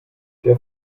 der